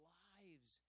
lives